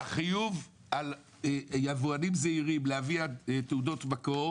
החיוב על יבואנים זעירים להביא תעודות מקור